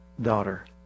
daughter